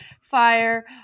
fire